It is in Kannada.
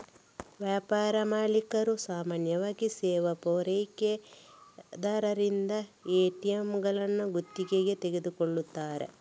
ವ್ಯಾಪಾರ ಮಾಲೀಕರು ಸಾಮಾನ್ಯವಾಗಿ ಸೇವಾ ಪೂರೈಕೆದಾರರಿಂದ ಎ.ಟಿ.ಎಂಗಳನ್ನು ಗುತ್ತಿಗೆಗೆ ತೆಗೆದುಕೊಳ್ಳುತ್ತಾರೆ